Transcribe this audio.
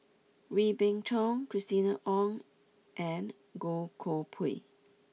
Wee Beng Chong Christina Ong and Goh Koh Pui